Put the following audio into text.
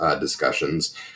discussions